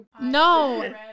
No